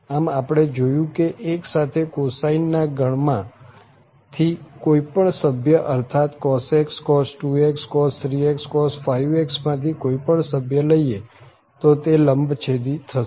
આમ આપણે જોયું કે 1 સાથે cosine ના ગણ માં થી કોઈ પણ સભ્ય અર્થાત cos x cos 2x cos 3x cos 5x માં થી કોઈ પણ સભ્ય લઈએ તો તે બે લંબછેદી થશે